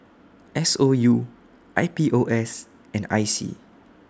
S O U I P O S and I C